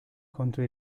contro